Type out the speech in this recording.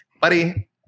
buddy